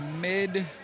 mid